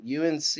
UNC